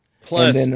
Plus